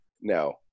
No